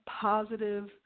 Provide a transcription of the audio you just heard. positive